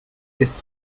ist